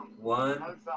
one